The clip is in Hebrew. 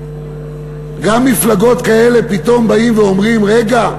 גם מפלגות כאלה פתאום באות ואומרות: רגע,